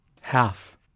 Half